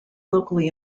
locally